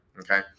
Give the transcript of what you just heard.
Okay